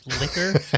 liquor